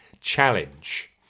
Challenge